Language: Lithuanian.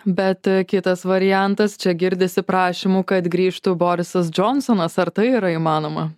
bet kitas variantas čia girdisi prašymų kad grįžtų borisas džonsonas ar tai yra įmanoma